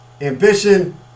ambition